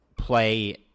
play